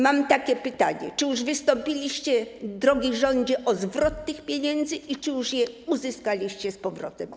Mam takie pytanie: Czy już wystąpiliście, drogi rządzie, o zwrot tych pieniędzy i czy już je uzyskaliście z powrotem?